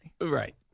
Right